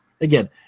again